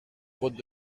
route